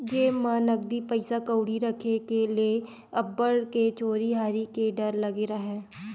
जेब म नकदी पइसा कउड़ी के राखे ले अब्बड़ के चोरी हारी के डर राहय